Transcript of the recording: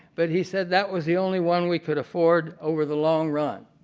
but he said that was the only one we could afford over the long run.